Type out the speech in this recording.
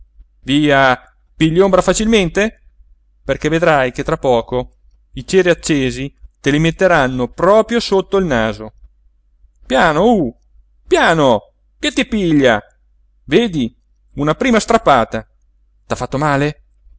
via pigli ombra facilmente perché vedrai che tra poco i ceri accesi te li metteranno proprio sotto il naso piano uh piano che ti piglia vedi una prima strappata t'ha fatto male